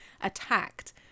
attacked